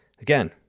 Again